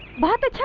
mother